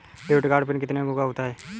Debit card PIN कितने अंकों का होता है?